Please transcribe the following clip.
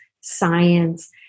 science